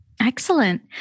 Excellent